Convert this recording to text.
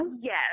Yes